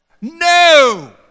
No